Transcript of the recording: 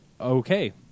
okay